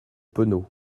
penaud